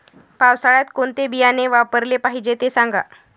पावसाळ्यात कोणते बियाणे वापरले पाहिजे ते सांगा